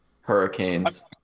Hurricanes